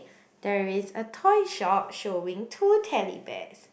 there is a toy shop showing two teddy bears